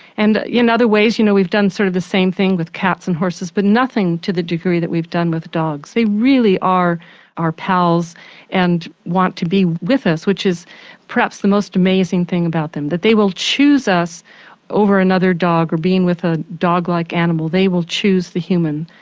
and in other ways you know we've done sort of the same thing with cats and horses but nothing to the degree that we've done with dogs. they really are our pals and want to be with us, which is perhaps the most amazing about them, that they will choose us over another dog, or being with a dog-like animal, they will choose the human.